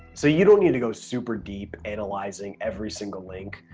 so you don't need to go super deep analyzing every single link.